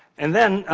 and then,